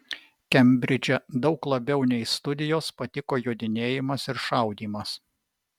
kembridže daug labiau nei studijos patiko jodinėjimas ir šaudymas